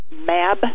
MAB